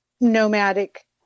nomadic